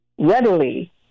readily